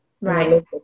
Right